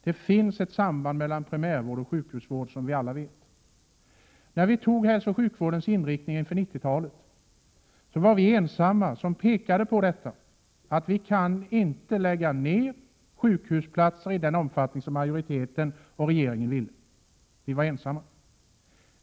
Det finns ett samband mellan primärvård och sjukhusvård, som alla vet. När riksdagen antog hälsooch sjukvårdens inriktning inför 90-talet var vi moderater ensamma om att påpeka att sjukhusplatser inte kan läggas ned i den omfattning som majoriteten och regeringen ville.